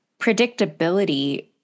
predictability